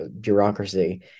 bureaucracy